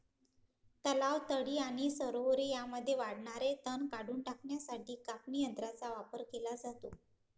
तलाव, तळी आणि सरोवरे यांमध्ये वाढणारे तण काढून टाकण्यासाठी कापणी यंत्रांचा वापर केला जातो